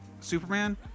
Superman